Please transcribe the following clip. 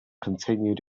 continued